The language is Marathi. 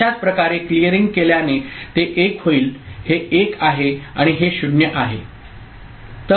अशाच प्रकारे क्लिअरिंग केल्याने ते 1 होईल हे 1 आहे आणि हे 0 आहे